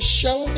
show